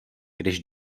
když